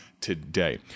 today